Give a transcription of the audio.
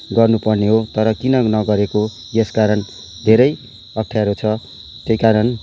गर्नुपर्ने हो तर किन नगर्को यसकारण धेरै अपठ्यारो छ त्यही कारण